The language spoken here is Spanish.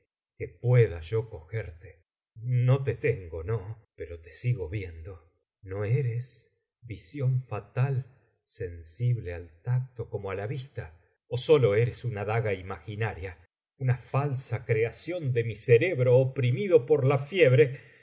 que pueda yo cogerte no te tengo no pero te sigo viendo no eres visión fatal sensible al tacto como á la vista o sólo eres una daga imaginaria una falsa creación de mi cerebro oprimido por la fiebre